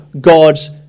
God's